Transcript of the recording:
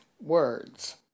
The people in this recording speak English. words